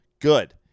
Good